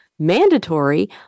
mandatory